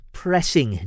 pressing